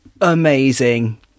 amazing